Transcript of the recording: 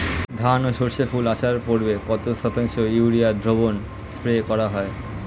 ধান ও সর্ষে ফুল আসার পূর্বে কত শতাংশ ইউরিয়া দ্রবণ স্প্রে করা হয়?